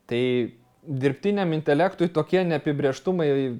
tai dirbtiniam intelektui tokie neapibrėžtumai